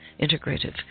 Integrative